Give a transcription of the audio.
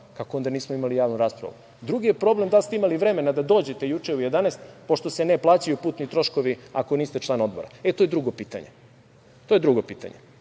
Kako onda nismo imali javnu raspravu? Drugi je problem da li ste imali vremena da dođete juče u 11, pošto se ne plaćaju putni troškovi ako niste član Odbora, e to je drugo pitanje. To je drugo pitanje.